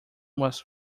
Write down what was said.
was